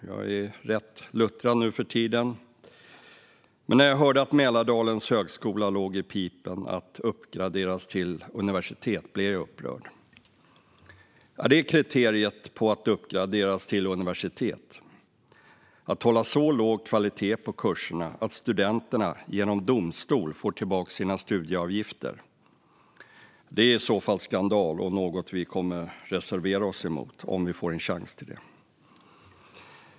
Jag är rätt luttrad nu för tiden. Men när jag hörde att Mälardalens högskola låg i pipen att uppgraderas till universitet blev jag upprörd. Är detta kriteriet på att uppgraderas till universitet - att hålla så låg kvalitet på kurserna att studenterna genom domstol får tillbaka sina studieavgifter? Det är i så fall en skandal och något vi kommer reservera oss emot om vi får chans till det.